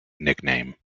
nickname